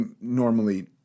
normally